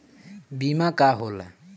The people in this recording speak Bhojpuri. बीमा का होला?